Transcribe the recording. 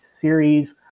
series